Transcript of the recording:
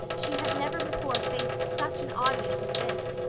she had never before faced such an audience as this,